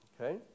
Okay